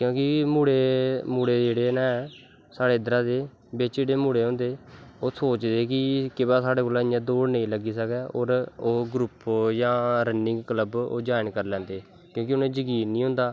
क्योंकि मुड़े जेह्ड़े नै इद्दरा दे मुड़े जेह्ड़े होंदे ओह् सोचदे कि केह् पता साढ़ै कोला दा दौड़ नेंई लगी सकै ओह् ग्रुप जां रनिंग कल्ब ज्वाईन करी लैंदे ते कि जे उनें जकीन नी होंदा